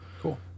Cool